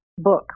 book